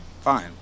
Fine